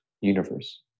universe